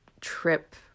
trip